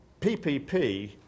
PPP